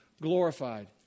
glorified